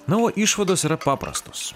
na o išvados yra paprastos